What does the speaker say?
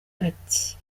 ati